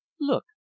look